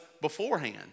beforehand